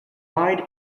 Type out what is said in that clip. wide